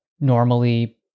normally